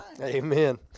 amen